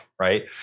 right